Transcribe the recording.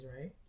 right